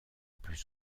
plus